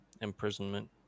imprisonment